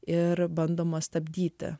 ir bandoma stabdyti